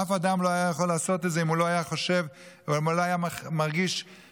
אף אדם לא היה יכול לעשות את זה אם הוא לא היה מרגיש בחילה,